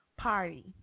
Party